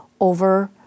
over